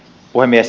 puhemies